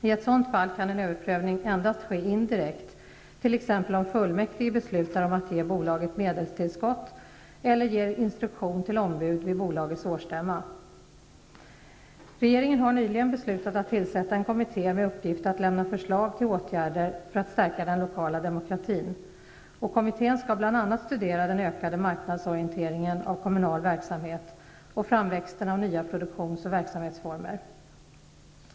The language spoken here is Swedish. I ett sådant fall kan en överprövning endast ske indirekt, t.ex. om fullmäktige beslutar om att ge bolaget medelstillskott eller ger instruktion till ombud vid bolagets årsstämma. Regeringen har nyligen beslutat tillsätta en kommitté med uppgift att lämna förslag till åtgärder för att stärka den lokala demokratin . Kommittén skall bl.a. studera den ökande marknadsorienteringen av kommunal verksamhet och framväxten av nya produktions och verksamhetsformer.